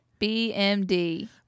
BMD